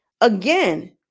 Again